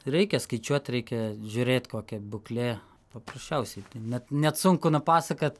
reikia skaičiuot reikia žiūrėt kokia būklė paprasčiausiai net net sunku nupasakat